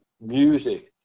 music